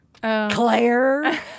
Claire